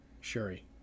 Sherry